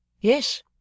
Yes